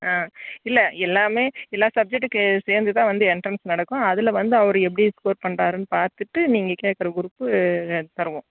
ஆ இல்லை எல்லாமே எல்லா சப்ஜெக்ட்டுக்கு சேர்ந்துதான் வந்து எண்ட்ரன்ஸ் நடக்கும் அதில் வந்து அவர் எப்படி ஸ்கோர் பண்ணுறாருனு பார்த்துட்டு நீங்கள் கேட்குற குரூப் தருவோம்